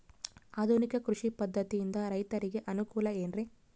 ಆಧುನಿಕ ಕೃಷಿ ಪದ್ಧತಿಯಿಂದ ರೈತರಿಗೆ ಅನುಕೂಲ ಏನ್ರಿ?